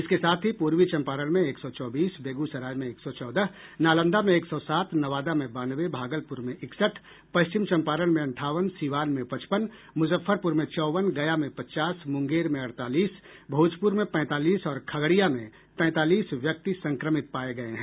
इसके साथ ही पूर्वी चंपारण में एक सौ चौबीस बेगूसराय में एक सौ चौदह नालंदा में एक सौ सात नवादा में बानवे भागलपुर में इकसठ पश्चिम चंपारण में अंठावन सीवान में पचपन मुजफ्फरपुर में चौवन गया में पचास मुंगेर में अड़तालीस भोजपुर में पैंतालीस और खगड़िया में तैंतालीस व्यक्ति संक्रमित पाए गए हैं